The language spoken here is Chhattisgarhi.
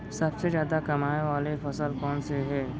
सबसे जादा कमाए वाले फसल कोन से हे?